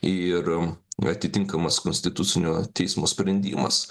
ir atitinkamas konstitucinio teismo sprendimas